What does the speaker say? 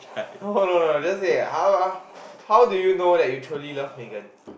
no no no no just say that how how how do you know that you truly love Megan